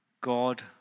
God